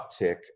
uptick